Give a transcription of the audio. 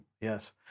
Yes